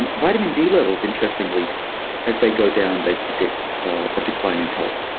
and vitamin d levels interestingly as they go down, they predict a decline in health.